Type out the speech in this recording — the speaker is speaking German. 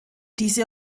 diese